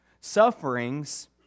sufferings